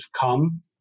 come